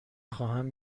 خواهم